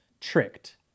tricked